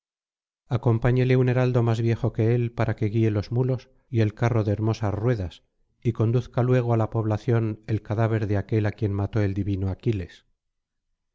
acompáñele un heraldo más viejo que él para que guíe los mulos y el carro de hermosas ruedas y conduzca luego á la población el cadáver de aquel a quien mató el divino aquiles